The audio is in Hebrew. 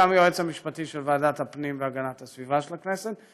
גם היועץ המשפטי של ועדת הפנים והגנת הסביבה של הכנסת,